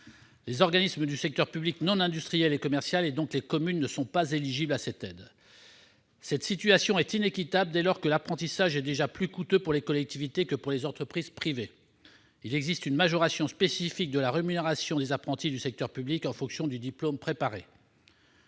les organismes du secteur public non industriel et commercial, donc les communes, n'y étant pas éligibles. Cette situation est inéquitable, dès lors que l'apprentissage est déjà plus coûteux pour les collectivités que pour les entreprises privées en raison d'une majoration spécifique de la rémunération des apprentis du secteur public en fonction du diplôme préparé.